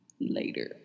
later